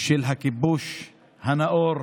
של הכיבוש הנאור